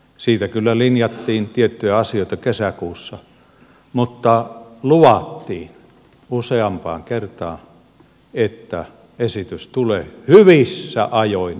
siitä kyllä linjattiin tiettyjä asioita kesäkuussa mutta luvattiin useampaan kertaan että esitys tulee hyvissä ajoin ennen kunnallisvaaleja